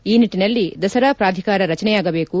ಈ ನಿಟ್ಟಿನಲ್ಲಿ ದಸರಾ ಪ್ರಾಧಿಕಾರ ರಚನೆಯಾಗಬೇಕು